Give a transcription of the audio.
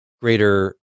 greater